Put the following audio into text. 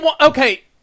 Okay